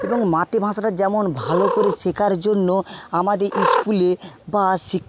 এবং মাতৃভাষাটা যেমন ভালো করে শেখার জন্য আমাদের ইস্কুলে বা শিক্ষা